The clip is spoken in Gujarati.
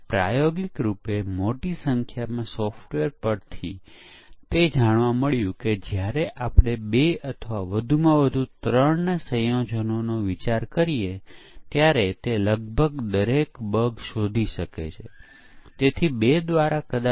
પરંતુ એક મૂળ પ્રશ્ન જેનો આપણે આગળ વધતા પહેલા આ મુદ્દે જવાબ આપવો જરૂરી છે તે છે કે પરીક્ષણના કેસો કેમ રચાયેલ છે પરીક્ષણના કેસોના રેન્ડમ ઇનપુટની તુલનામાં શું ફાયદો છે